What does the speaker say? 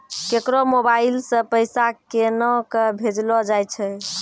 केकरो मोबाइल सऽ पैसा केनक भेजलो जाय छै?